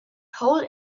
hole